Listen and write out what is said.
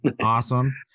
Awesome